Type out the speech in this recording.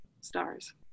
stars